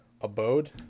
abode